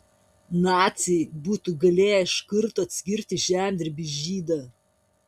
naciai būtų galėję iš karto atskirti žemdirbį žydą